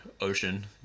ocean